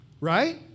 right